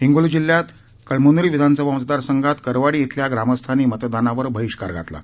हिंगोली जिल्ह्यात कळमन्री विधानसभा मतदारसंघात करवाडी इथल्या ग्रामस्थांनी मतदानावर बहिष्कार घातला आहे